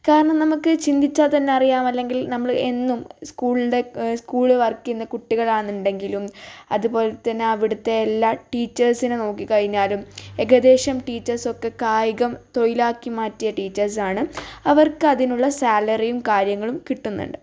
കാരണം നമുക്ക് ചിന്തിച്ചാൽത്തന്നറിയാം അല്ലെങ്കിൽ നമ്മള് എന്നും സ്ക്കൂളിൻ്റെ സ്ക്കൂളിൽ വർക്ക് ചെയ്യുന്ന കുട്ടികളാന്നുണ്ടെങ്കിലും അതുപോലെത്തന്നെ അവിടത്തെ എല്ലാ ടീച്ചേഴ്സിനെ നോക്കിക്കഴിഞ്ഞാലും ഏകദേശം ടീച്ചേഴ്സൊക്കെ കായികം തൊഴിലാക്കി മാറ്റിയ ടീച്ചേഴ്സാണ് അവർക്ക് അതിനുള്ള സാലറിയും കാര്യങ്ങളും കിട്ടുന്നുണ്ട്